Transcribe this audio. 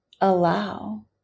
allow